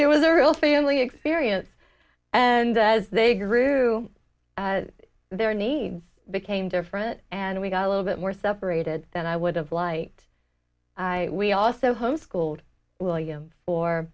there was a real family experience and as they grew their needs became different and we got a little bit more separated than i would have liked i we also homeschooled william or